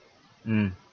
mm